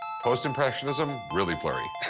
post-impressionism, really blurry.